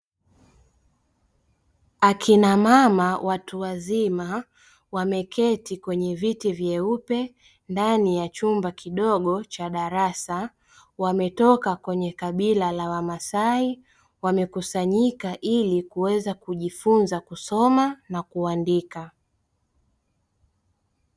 Akina mama watu wazima wameketi kwenye viti vyeupe ndani ya chumba kidogo cha darasa, wametoka kwenye kabila la wamasai wamekusanyika ili kuweza kujifunza kusoma na kuandika.